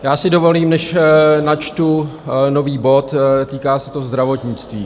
Já si dovolím, než načtu nový bod, týká se to zdravotnictví.